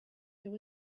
there